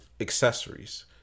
accessories